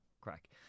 crack